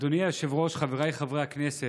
אדוני היושב-ראש, חבריי חברי הכנסת,